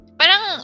parang